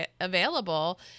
available